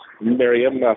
Miriam